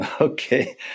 okay